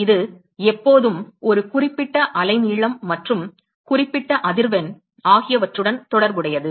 இது எப்போதும் ஒரு குறிப்பிட்ட அலைநீளம் மற்றும் குறிப்பிட்ட அதிர்வெண் ஆகியவற்றுடன் தொடர்புடையது